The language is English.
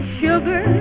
sugar